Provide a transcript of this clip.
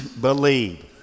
believe